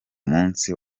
munsi